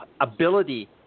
ability